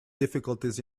difficulties